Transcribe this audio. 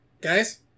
Guys